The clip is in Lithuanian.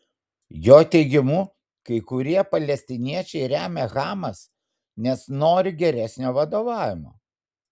jo teigimu kai kurie palestiniečiai remia hamas nes nori geresnio vadovavimo